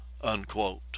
unquote